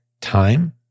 time